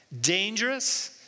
dangerous